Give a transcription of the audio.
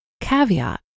Caveat